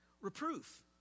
Reproof